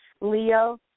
Leo